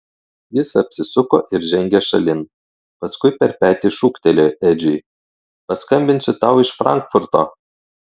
jis apsisuko ir žengė šalin paskui per petį šūktelėjo edžiui paskambinsiu tau iš frankfurto